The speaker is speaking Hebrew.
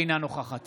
אינה נוכחת